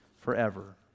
forever